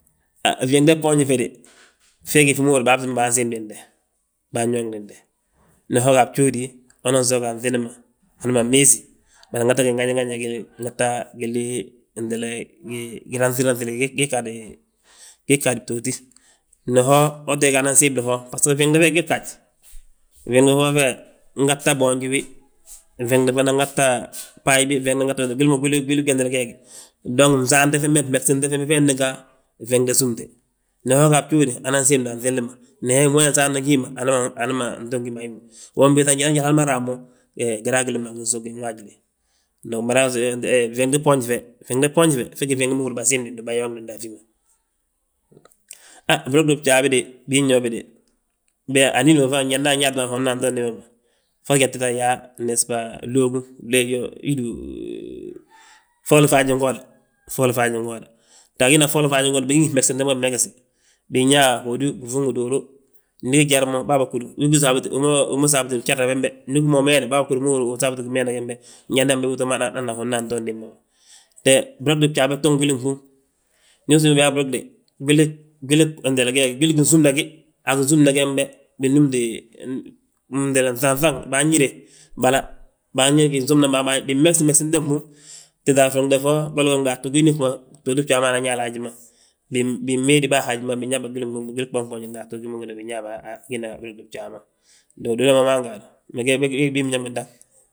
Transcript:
Ha fyeŋde bboonji fe de, fe gí fi ma húri yaa basiimdinde, banyooŋdide, ndi ho ga a bjóodi hona soog anŧidni ma, anaman meesi. Bari ngette ginŋañi ŋañi gi de, ngetta, gwili giranŧi ranŧi rafile, gii ggaadi btooti nafa. Wo teeg anan siimli ho, basgo fyende fef gaaj, fyeŋde foo fe, ngette boonji, fyeŋde fana ngetta, bbaayi bi ngette, gwili, gwili gwentele gee gi. Dong fnsaante fembe fmegsinte fembe fee fi ndi ga fyeŋde súmte. Ndi ho ga a bjóodi nan siimnde anŧini ma, ndi he saanti ngi hi ma anaman nto ngi hi ma hemma. Wo unbiiŧa njaloo njal hal ma raa mo, he giraa gilli ma nsów ginwaajile. Dong mariyasi we, fnyeŋde boonji fe, fnyeŋde boonji fe, fe gí fyeŋde ma húri yaa, basiimdinde bayooŋdinde a fi ma. Ha brogdi bjaa be de biin yo be de, be anín ma fan jandi anyaati a hódna anto dimba ma, fo joo atito yaa nesba lóoguŋ fooli faajingooda, fooli faajingooda. Te a wina fooli fajingooda bigi ngi mmegsinte ma bimmegesi, binyaa hódi fruŋi fduulu, ndi gyar mo bà beg húru, win wi saabu, wi ma saabutu, jarra bembe. Ndu ugí mo umeeyi, bar húri ma tínga gimeeyi gembe, njandi anbi too mo hana a hódna anto dimba ma. He brogdi bjaa be to ngi gwilin búŋ, ndu usiim biyaa brogde, gwili, geegi, gwilin gisúmna gi. A ginsúmna gembe, binúmti nfanfan, banñire bala, ban yaa ginsúmna baa, baa, binmegsi mmegesinte gbúŋ. Tita a fyeŋde fo, boli mo gdaatu inig ma btooti bjaa ma anan yaale haji ma. Bin meedi baa haji ma binyaa baa gwili gbúŋ ngi gwili gboonji gdaatu gi ma húrin yaa, bin ñaa ba gina brogdi bjaa ma, dong uduulu ma wi ma wi ngaadu me we, we gí wii biñaŋ binda=,.